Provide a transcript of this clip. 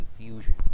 confusion